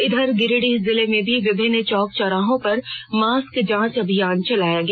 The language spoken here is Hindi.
इधर गिरिडीह जिले में भी विभिन्न चौक चौराहों पर मास्क जांच अभियान चलाया गया